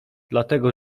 dlatego